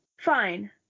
fine